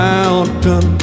Mountain